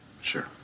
Sure